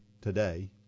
today